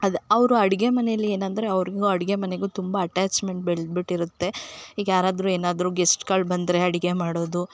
ಅದೆ ಅವರು ಅಡಿಗೆ ಮನೆಯಲ್ಲಿ ಏನಂದರೆ ಅವ್ರಿಗು ಅಡಿಗೆ ಮನೆಗು ತುಂಬ ಅಟ್ಯಾಚ್ಮೆಂಟ್ ಬೆಳ್ದುಬಿಟ್ಟಿರುತ್ತೆ ಈಗ ಯಾರಾದ್ರು ಏನಾದ್ರು ಗೆಸ್ಟ್ಗಳು ಬಂದರೆ ಅಡಿಗೆ ಮಾಡೋದು